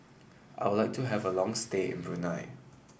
I would like to have a long stay in Brunei